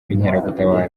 w’inkeragutabara